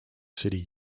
city